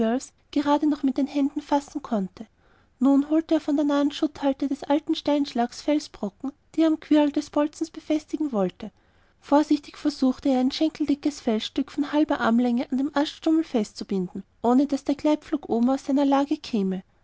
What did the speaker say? gerade noch mit den händen fassen konnte nun holte er von der nahen schutthalde des alten steinschlags felsbrocken die er am quirl des bolzens befestigen wollte vorsichtig versuchte er ein schenkeldickes felsstück von halber armlänge an dem aststummel festzubinden ohne daß der gleitpflock oben aus seiner lage käme